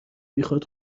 بیخود